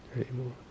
anymore